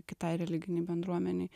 kitai religinei bendruomenei